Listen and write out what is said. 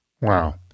Wow